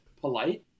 polite